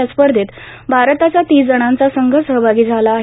या स्पर्धेत भारताचा तीस जणांचा संघ सहभागी झाला आहे